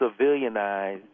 civilianize